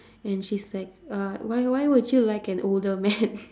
and she's like uh why why would you like an older man